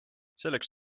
selleks